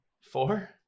Four